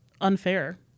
Unfair